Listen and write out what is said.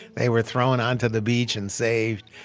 they were thrown onto the beach and saved.